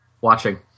watching